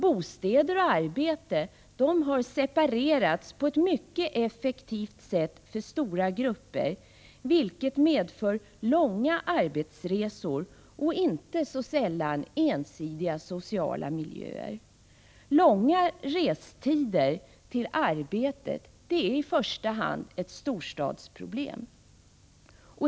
Bostäder och arbete har separerats på ett mycket effektivt sätt för stora grupper, vilket medför långa arbetsresor och inte sällan ensidiga sociala miljöer. Långa restider till arbetet är i första hand ett storstadsproblem.